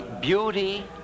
beauty